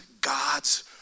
God's